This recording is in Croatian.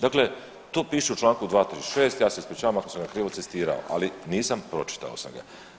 Dakle to piše u čl. 236., ja se ispričavam ako sam ga krivo citirao, ali nisam, pročitao sam ga.